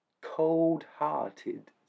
cold-hearted